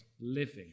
living